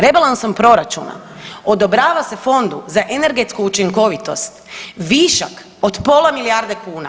Rebalansom proračuna odobrava se Fondu za energetsku učinkovitost višak od pola milijarde kuna.